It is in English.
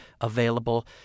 available